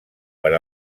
per